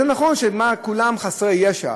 זה נכון שכולם חסרי ישע.